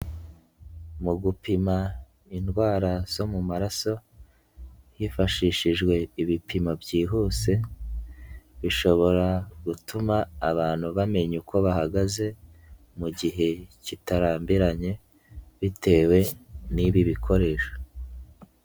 Mu gupima indwara zo mu maraso hifashishijwe ibipimo byihuse bishobora gutuma abantu bamenya uko bahagaze mu gihe kitarambiranye bitewe n'ibi bikoresho.